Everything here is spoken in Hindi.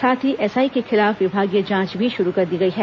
साथ ही एसआई के खिलाफ विभागीय जांच भी शुरू कर दी गई है